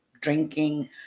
drinking